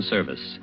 Service